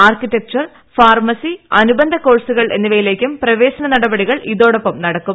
architecture pharmacy അനുബന്ധ കോഴ്സുകൾ എന്നിവയിലേക്കും പ്രവേശന നടപടികൾ ഇതോടൊപ്പം നടക്കും